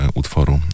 utworu